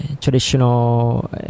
traditional